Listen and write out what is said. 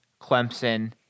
Clemson